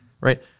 right